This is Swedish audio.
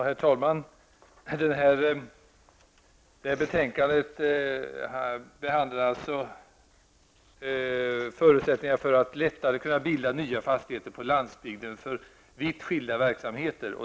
Herr talman! Det här betänkandet behandlar alltså förutsättningar för att lättare kunna bilda nya fastigheter på landsbygden för vitt skilda verksamheter.